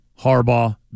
Harbaugh